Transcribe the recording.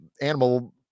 animal